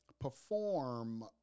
perform